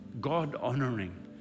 God-honoring